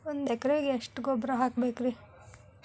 ಒಂದ್ ಎಕರೆಗೆ ಎಷ್ಟ ಗೊಬ್ಬರ ಹಾಕ್ಬೇಕ್?